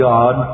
God